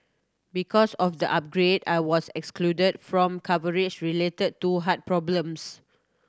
because of the upgrade I was excluded from coverage related to heart problems